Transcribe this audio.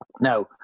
Now